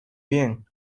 bien